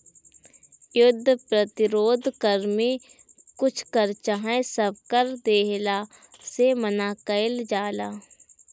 युद्ध प्रतिरोध कर में कुछ कर चाहे सब कर देहला से मना कईल जाला